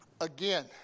again